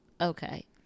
okay